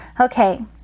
Okay